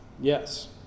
Yes